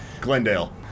Glendale